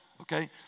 okay